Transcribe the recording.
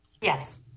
yes